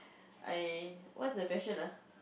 I what's the question ah